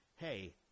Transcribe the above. hey